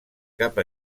cap